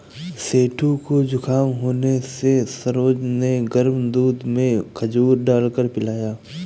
सेठू को जुखाम होने से सरोज ने गर्म दूध में खजूर डालकर पिलाया